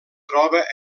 troba